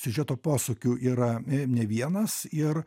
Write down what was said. siužeto posūkių yra ne vienas ir